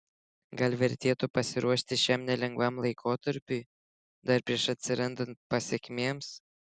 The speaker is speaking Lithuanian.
gal vertėtų pasiruošti šiam nelengvam laikotarpiui dar prieš atsirandant pasekmėms